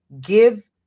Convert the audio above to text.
give